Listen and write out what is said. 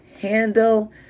handle